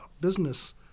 business